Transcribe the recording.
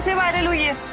why did yeah